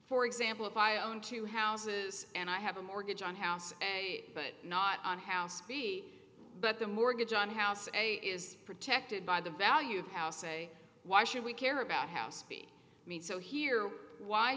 for example if i own two houses and i have a mortgage on house a but not on house be but the mortgage on a house and a is protected by the value of house a why should we care about house be made so here why